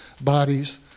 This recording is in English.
bodies